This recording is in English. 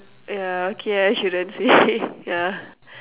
yeah okay I shouldn't say yeah